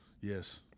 Yes